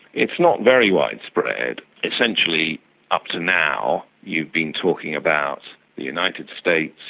it's not very widespread. essentially up to now you've been talking about the united states,